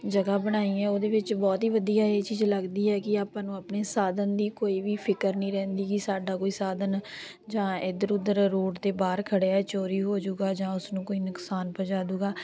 ਜਗ੍ਹਾ ਬਣਾਈ ਹੈ ਉਹਦੇ ਵਿੱਚ ਬਹੁਤ ਹੀ ਵਧੀਆ ਇਹ ਚੀਜ਼ ਲੱਗਦੀ ਹੈ ਕਿ ਆਪਾਂ ਨੂੰ ਆਪਣੇ ਸਾਧਨ ਦੀ ਕੋਈ ਵੀ ਫਿਕਰ ਨਹੀਂ ਰਹਿੰਦੀ ਕਿ ਸਾਡਾ ਕੋਈ ਸਾਧਨ ਜਾਂ ਇੱਧਰ ਉੱਧਰ ਰੋਡ 'ਤੇ ਬਾਹਰ ਖੜ੍ਹਿਆ ਹੈ ਚੋਰੀ ਹੋ ਜੂਗਾ ਜਾਂ ਉਸ ਨੂੰ ਕੋਈ ਨੁਕਸਾਨ ਪੁਚਾ ਦੂਗਾ